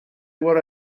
what